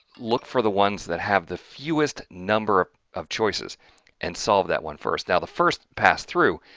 look for the ones that have the fewest number of of choices and solve that one first. now the first pass-through,